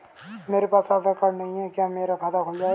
मेरे पास आधार कार्ड नहीं है क्या मेरा खाता खुल जाएगा?